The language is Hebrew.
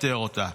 לפטר אותה.